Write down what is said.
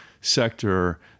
sector